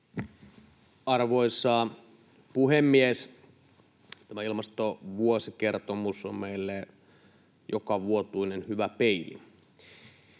Arvoisa puhemies! Tämä ilmastovuosikertomus on meille jokavuotuinen hyvä peili.